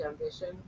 ambition